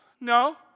no